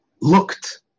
looked